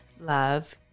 love